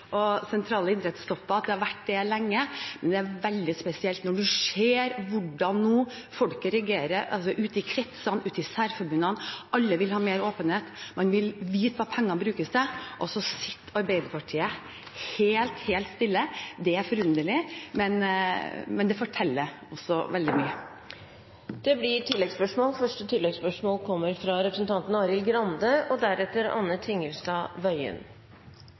sentrale idrettstopper å gjøre, og at det har vært det lenge, men det er veldig spesielt når man nå ser hvordan folket reagerer, ute i kretsene og særforbundene. Alle vil ha mer åpenhet, man vil vite hva pengene brukes til, og Arbeiderpartiet sitter helt stille. Det er forunderlig, men det forteller også veldig mye. Det blir oppfølgingsspørsmål – først representanten Arild Grande.